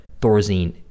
thorazine